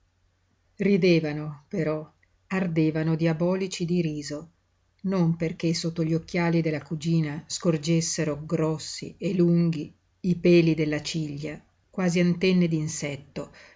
ridevano però ardevano diabolici di riso non perché sotto gli occhiali della cugina scorgessero grossi e lunghi i peli della ciglia quasi antenne